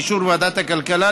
באישור ועדת הכלכלה,